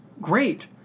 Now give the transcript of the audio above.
great